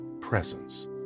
presence